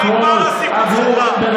ותשאלו את עצמכם אם נשארה עוד בושה בצד הזה,